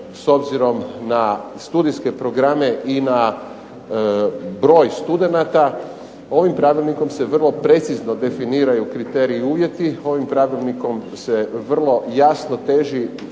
s obzirom na studijske programe i na broj studenata, ovim Pravilnikom se vrlo precizno definiraju kriteriji i uvjeti, ovim Pravilnikom se vrlo jasno teži